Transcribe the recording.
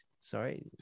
Sorry